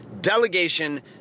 delegation